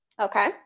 okay